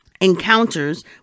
encounters